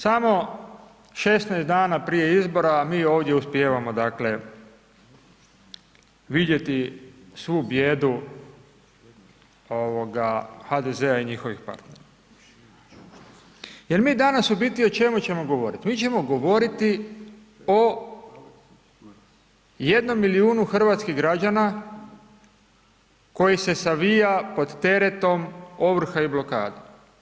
Samo 16 dana prije izbora mi ovdje uspijevamo, dakle, vidjeti, svu bijedu HDZ-a i njihovih partnera, jer mi danas u biti o čemu ćemo govoriti, mi ćemo govoriti o jednom milijuna hrvatskih građana, koji se savija pod teretom, ovrha i blokada.